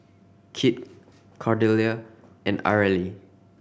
Kit Cordelia and Areli